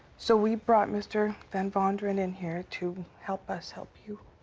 so we brought mr. vanvonderen in here to help us help you.